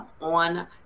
On